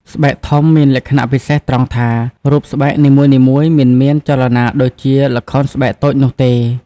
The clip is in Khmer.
ស្បែកធំមានលក្ខណៈពិសេសត្រង់ថា រូបស្បែកនីមួយៗមិនមានចលនាដូចជាល្ខោនស្បែកតូចនោះទេ។